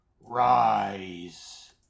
rise